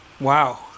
Wow